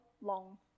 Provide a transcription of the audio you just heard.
long